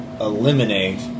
eliminate